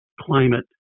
climate